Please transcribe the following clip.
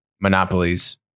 monopolies